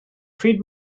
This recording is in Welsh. pryd